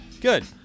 Good